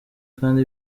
kandi